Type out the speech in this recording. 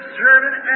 servant